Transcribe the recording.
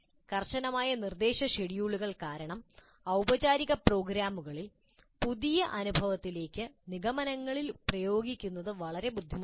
കർശനമായ നിർദ്ദേശ ഷെഡ്യൂളുകൾ കാരണം ഔപചാരിക പ്രോഗ്രാമുകളിൽ പുതിയ അനുഭവത്തിലേക്ക് നിഗമനങ്ങളിൽ പ്രയോഗിക്കുന്നത് വളരെ ബുദ്ധിമുട്ടാണ്